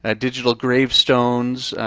ah digital gravestones.